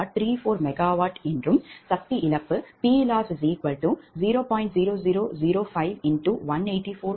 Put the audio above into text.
34MW என்றால் சக்தி இழப்பு PLoss0